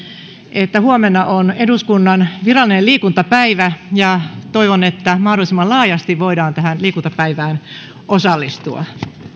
että huomenna on eduskunnan virallinen liikuntapäivä ja toivon että mahdollisimman laajasti voidaan tähän liikuntapäivään osallistua